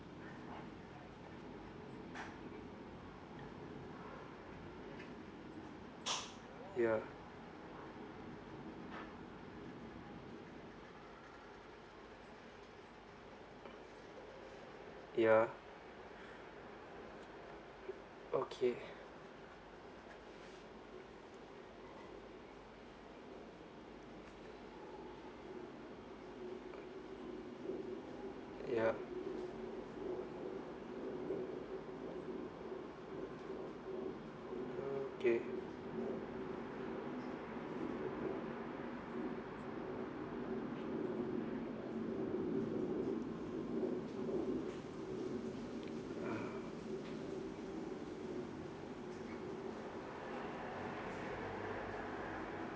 ya ya okay ya mm okay